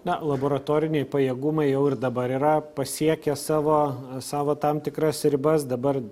na laboratoriniai pajėgumai jau ir dabar yra pasiekę savo savo tam tikras ribas dabar